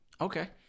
Okay